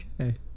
Okay